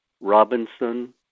Robinson